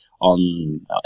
on